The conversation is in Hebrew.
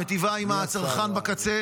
היא מיטיבה עם הצרכן בקצה.